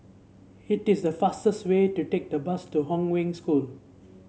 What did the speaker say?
it is faster way to take the bus to Hong Wen School